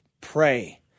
pray